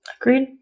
Agreed